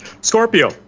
Scorpio